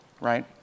right